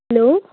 hello